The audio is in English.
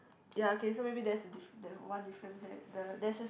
ya okay so maybe that's a diff~ there one difference there the there's a